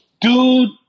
Dude